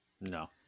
No